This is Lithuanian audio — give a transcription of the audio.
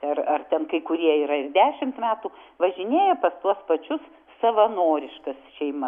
ar ar ten kai kurie yra ir dešimt metų važinėja pas tuos pačius savanoriškas šeimas